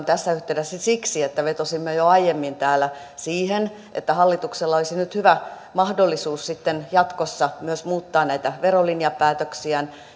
tässä yhteydessä siksi että vetosimme jo aiemmin täällä siihen että hallituksella olisi nyt hyvä mahdollisuus sitten jatkossa myös muuttaa näitä verolinjapäätöksiään